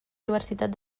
diversitat